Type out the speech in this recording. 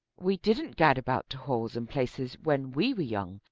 we didn't gad about to halls and places when we were young,